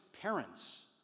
parents